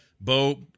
Bo